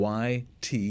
YT